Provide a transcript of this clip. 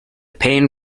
pain